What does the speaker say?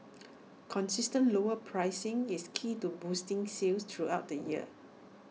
consistent lower pricing is key to boosting sales throughout the year